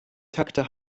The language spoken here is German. takte